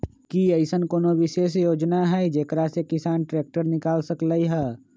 कि अईसन कोनो विशेष योजना हई जेकरा से किसान ट्रैक्टर निकाल सकलई ह?